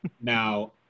Now